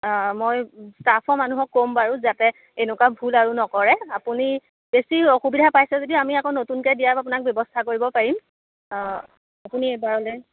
মই ষ্টাফৰ মানুহক ক'ম বাৰু যাতে এনেকুৱা ভুল আৰু নকৰে আপুনি বেছি অসুবিধা পাইছে যদি আমি আকৌ নতুনকৈ দিয়াৰ আপোনাক ব্যৱস্থা কৰিব পাৰিম অ' আপুনি এইবাৰলৈ